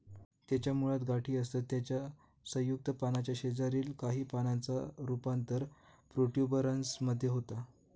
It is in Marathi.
त्याच्या मुळात गाठी असतत त्याच्या संयुक्त पानाच्या शेजारील काही पानांचा रूपांतर प्रोट्युबरन्स मध्ये होता